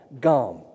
gum